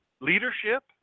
leadership